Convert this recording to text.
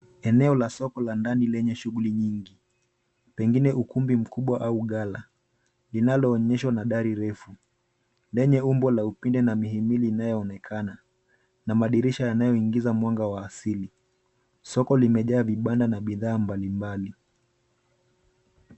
Eneo la soko la ndani lenye shughuli nyingi, pengine ukumbi mkubwa au ghala, linaloonyeshwa na dari refu lenye umbo la upinde na mihimili inayoonekana na madirisha yanayoingiza mwanga wa asili. Soko limejaa vibanda na bidhaa mbalimbali.